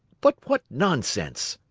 but what nonsense!